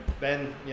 Ben